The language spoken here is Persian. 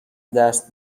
دست